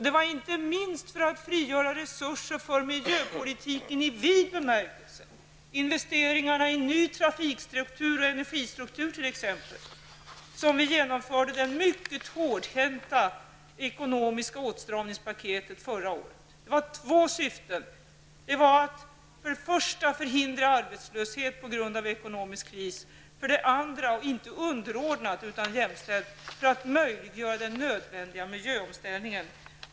Det var inte minst för att frigöra resurser för miljöpolitiken i vid bemärkelse -- investeringarna i ny trafikstruktur och energistruktur t.ex. -- som vi genomförde det mycket hårdhänta ekonomiska åtstramningspaketet förra året. Det ena syftet var att förhindra arbetslöshet på grund av ekonomisk kris, och det andra, inte underordnade utan jämställda, syftet var att möjliggöra den nödvändiga miljöomställningen.